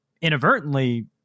inadvertently